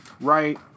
right